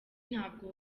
ntabwo